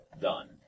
done